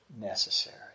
necessary